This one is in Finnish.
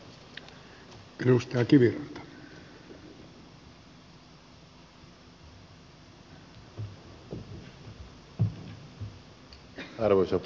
arvoisa puhemies